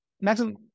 Maxim